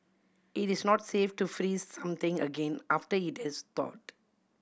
it is not safe to freeze something again after it has thawed